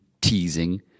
teasing